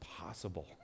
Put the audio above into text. possible